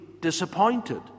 disappointed